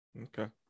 Okay